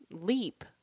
leap